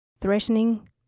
threatening